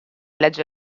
legge